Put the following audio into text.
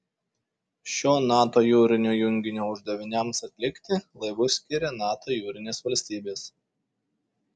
šio nato jūrinio junginio uždaviniams atlikti laivus skiria nato jūrinės valstybės